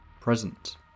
present